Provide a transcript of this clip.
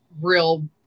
real